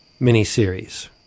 miniseries